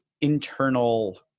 internal